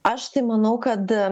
aš tai manau kad